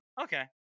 okay